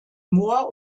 mohr